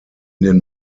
den